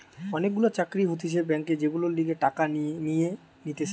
অনেক গুলা চাকরি হতিছে ব্যাংকে যেগুলার লিগে টাকা নিয়ে নিতেছে